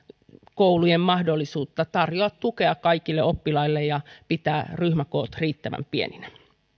koulujen mahdollisuutta tarjota tukea kaikille oppilaille ja pitää ryhmäkoot riittävän pieninä